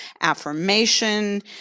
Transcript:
affirmation